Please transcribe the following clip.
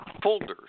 folders